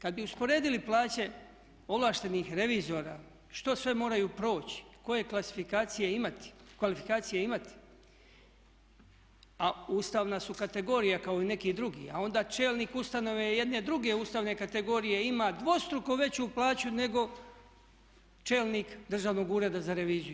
Kad bi usporedili plaće ovlaštenih revizora što sve moraju proći, koje kvalifikacije imati a ustavna su kategorija kao i neki drugi, a onda čelnik ustanove jedne druge ustavne kategorije ima dvostruko veću plaću nego čelnik Državnog ureda za reviziju.